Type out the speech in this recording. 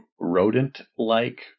rodent-like